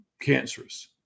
cancerous